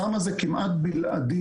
הסם הזה כמעט בלעדי,